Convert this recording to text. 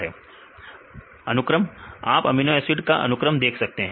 विद्यार्थी अनुक्रम सही है आप अमीनो एसिड अनुक्रम देख सकते हैं